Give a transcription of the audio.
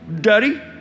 Daddy